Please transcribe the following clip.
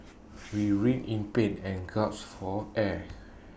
re writhed in pain and gasped for air